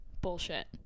Bullshit